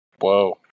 Whoa